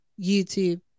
YouTube